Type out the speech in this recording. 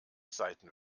seiten